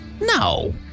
No